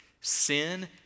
sin